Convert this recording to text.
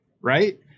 right